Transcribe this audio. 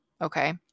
okay